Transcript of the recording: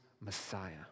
Messiah